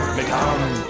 become